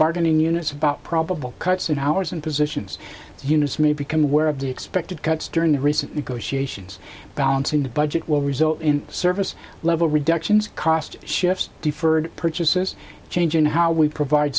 bargaining units about probable cuts in hours and positions units may become aware of the expected cuts during the recent negotiations balancing the budget will result in service level reductions cost shift deferred purchases change in how we provide